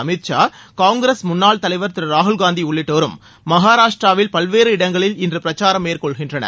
அமித் ஷா காங்கிரஸ் முன்னாள் தலைவர் திரு ராகுல்காந்தி உள்ளிட்டோரும் மகாராஷ்டிராவில் பல்வேறு இடங்களில் இன்று பிரச்சாரம் மேற்கொள்கின்றனர்